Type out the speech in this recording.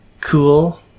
cool